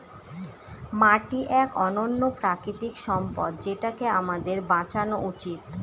মাটি এক অনন্য প্রাকৃতিক সম্পদ যেটাকে আমাদের বাঁচানো উচিত